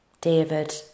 David